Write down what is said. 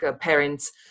parents